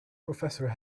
professor